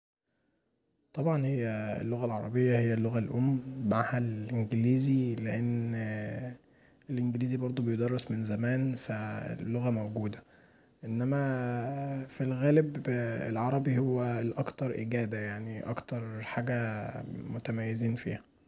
طبعا اللغة العربيه هي اللغه الام، معاها الانجليزي لأن الانجليزي برضو بيدرس من زمان فاللغه موجوده انما في الغالب العربي هو الاكتر اجاده يعني، اكتر حاجه متميزين فيها.